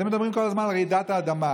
אתם מדברים כל הזמן על רעידת אדמה.